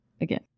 again